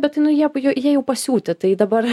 bet nu jie jie jau pasiūti tai dabar